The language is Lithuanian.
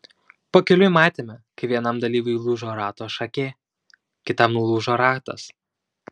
pakeliui matėme kaip vienam dalyviui lūžo rato šakė kitam nulūžo ratas